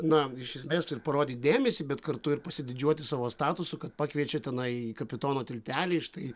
na iš esmės turi parodyt dėmesį bet kartu ir pasididžiuoti savo statusu kad pakviečia tenai kapitono tiltelį štai